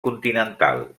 continental